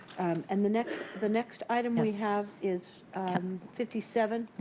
and and, the next the next item we have is um fifty seven.